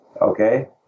Okay